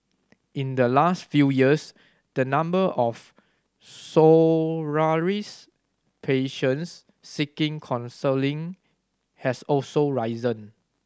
in the last few years the number of patients seeking counselling has also risen